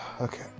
Okay